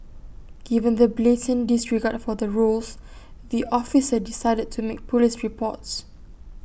given the blatant disregard for the rules the officer decided to make Police reports